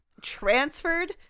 transferred